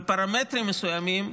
בפרמטרים מסוימים,